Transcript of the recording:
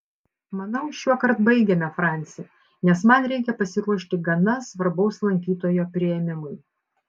manau šiuokart baigėme franci nes man reikia pasiruošti gana svarbaus lankytojo priėmimui